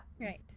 Right